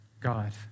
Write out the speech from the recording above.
God